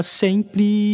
sempre